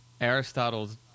Aristotle's